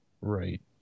Right